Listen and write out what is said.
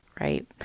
right